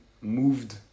moved